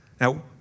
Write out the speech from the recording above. Now